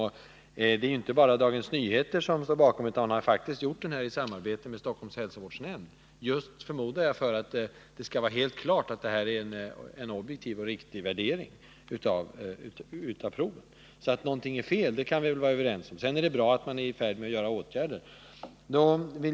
Och det är inte bara Dagens Nyheter som står bakom de uppgifterna, utan man har gjort den här kontrollen i samarbete med Stockholms hälsovårdsnämnd, just — förmodar jag — för att det skall vara helt klart att det är en objektiv och riktig värdering av proven. Att någonting är fel kan vi därför vara överens om. Sedan är det naturligtvis bra att man är i färd med att vidta åtgärder.